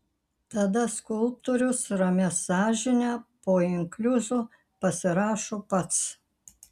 tada skulptorius ramia sąžine po inkliuzu pasirašo pats